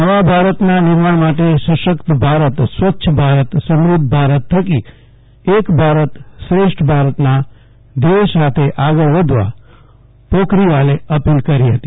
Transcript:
નવા ભારતના નિર્માણ માટે સશક્ત ભારતસ્વચ્છ ભારત સમૃ ધ્ધ ભારત થકી એક ભારત શ્રેષ્ઠ ભારતના ધ્યેય સાથે આગળ વધવા પોખરીવાલે અપીલ કરી હતી